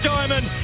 Diamond